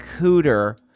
Cooter